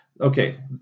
okay